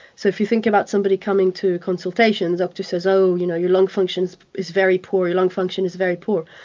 so if you think about somebody coming to consultations, the doctor says, oh, you know your lung function is very poor, your lung function is very poor',